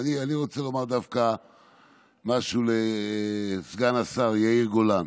אני רוצה לומר דווקא משהו לסגן השר יאיר גולן.